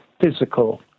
physical